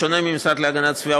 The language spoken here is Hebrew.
בשונה מהמשרד להגנת הסביבה,